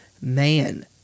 man